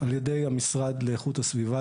על ידי המשרד לאיכות הסביבה.